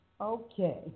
Okay